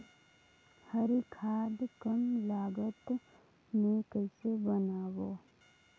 हरी खाद कम लागत मे कइसे बनाबो?